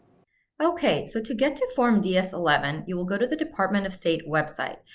okay, so to get to form ds eleven you will go to the department of state website,